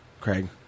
Craig